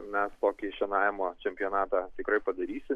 mes kokį šienavimo čempionatą tikrai padarysim